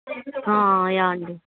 yeah అండి